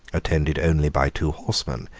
attended only by two horsemen,